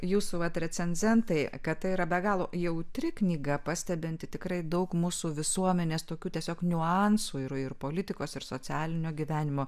jūsų vat recenzentai kad tai yra be galo jautri knyga pastebinti tikrai daug mūsų visuomenės tokių tiesiog niuansų ir ir politikos ir socialinio gyvenimo